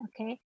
okay